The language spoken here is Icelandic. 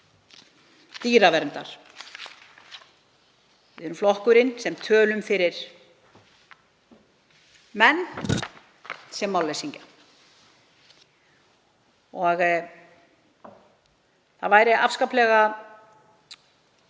dýraverndar. Við erum flokkurinn sem talar fyrir menn sem og málleysingja. Það væri afskaplega